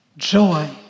joy